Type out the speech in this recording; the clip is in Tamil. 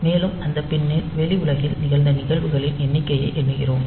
மேலும் அந்த பின் ல் வெளி உலகில் நிகழ்ந்த நிகழ்வுகளின் எண்ணிக்கையை எண்ணுகிறோம்